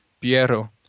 Piero